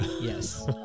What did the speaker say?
Yes